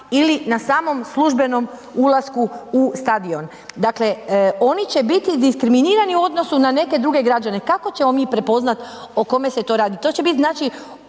ili na samom službenom ulasku u stadion. Dakle, oni će biti diskriminirani u odnosu na neke druge građane. Kako ćemo mi prepoznati o kome se to radi? To će bit znači